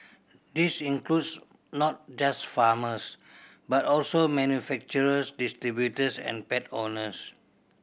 this includes not just farmers but also manufacturers distributors and pet owners